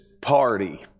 party